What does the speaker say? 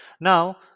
now